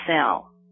cell